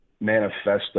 manifesto